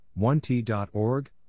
1T.org